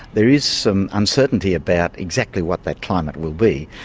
there is some uncertainty about exactly what that climate will be.